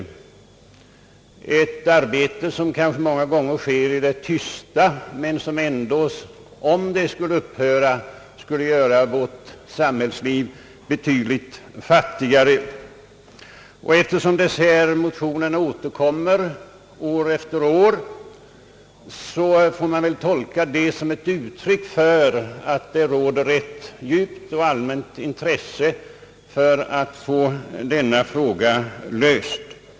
I den detaljen bedrivs arbetet kanske många gånger i det tysta, men om det upphörde, skulle vårt samhällsliv bli betydligt fattigare. Eftersom de här motionerna för övrigt återkommer år efter år, får man väl tolka det som ett uttryck för att det finns ett djupt och allmänt intresse för att få denna fråga löst.